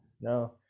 No